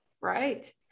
right